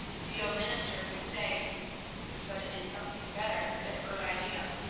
the old minister would say but it is something better than a good idea.